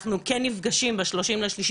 אנחנו כן נפגשים ב-30.03,